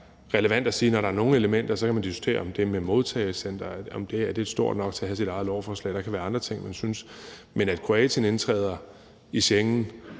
relevant at sige, når der er flere elementer. Så kan man diskutere, om det med modtagecenteret er stort nok til at have sit eget lovforslag, og der kan være andre ting, hvor man synes det. Men at Kroatien indtræder i